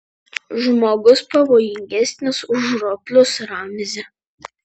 žmogus pavojingesnis už roplius ramzi